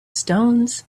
stones